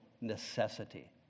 necessity